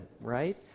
right